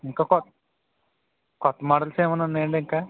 ఇంకా కొత్త కొత్త మోడల్స్ ఏమైనా ఉన్నాయాండి ఇంకా